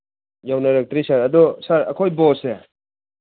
ꯌꯧꯅꯔꯛꯇ꯭ꯔꯤ ꯁꯥꯔ ꯑꯗꯣ ꯁꯥꯔ ꯑꯩꯈꯣꯏ ꯕꯣꯁꯁꯦ